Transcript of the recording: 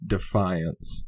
Defiance